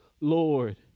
Lord